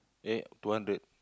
eh two hundred